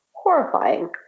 horrifying